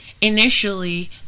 initially